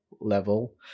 level